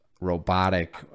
robotic